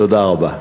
תודה רבה.